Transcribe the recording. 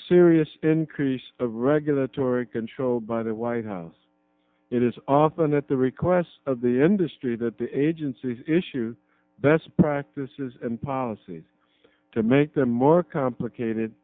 serious increase of regulatory control by the white house it is often at the request of the industry that the agency's issues best practices and policies to make them more complicated